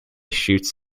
shoots